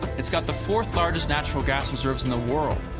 it's got the fourth largest natural gas reserves in the world,